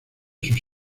sus